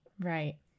right